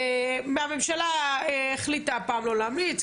המשטרה החליטה הפעם לא להמליץ,